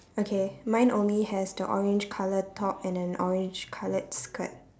okay mine only has the orange colour top and an orange coloured skirt